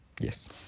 Yes